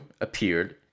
appeared